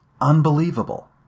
unbelievable